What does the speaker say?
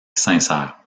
sincère